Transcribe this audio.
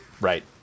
Right